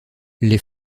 les